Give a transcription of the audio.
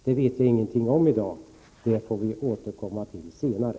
Det vet jag ingenting om i dag, utan det får vi återkomma till senare.